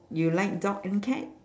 you like dog and cat